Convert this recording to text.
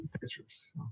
pictures